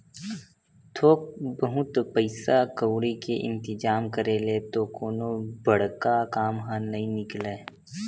थोक बहुत पइसा कउड़ी के इंतिजाम करे ले तो कोनो बड़का काम ह नइ निकलय